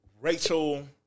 Rachel